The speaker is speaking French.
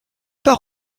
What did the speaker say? pas